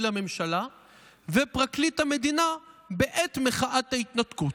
לממשלה ופרקליט המדינה בעת מחאת ההתנתקות.